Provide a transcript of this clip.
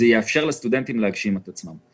זה יאפשר לסטודנטים להגשים את עצמם.